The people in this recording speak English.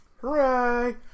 Hooray